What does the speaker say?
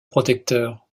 protecteur